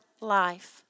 life